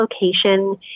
location